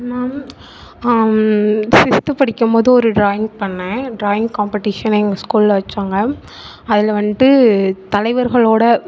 நம் சிக்ஸ்த் படிக்கும் போது ஒரு டிராயிங் பண்ணேன் ட்ராயிங் காம்பட்டேஷன் எங்கள் ஸ்கூலில் வச்சாங்க அதில் வந்துட்டு தலைவர்களோடய